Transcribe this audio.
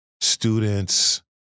students